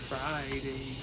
Friday